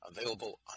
available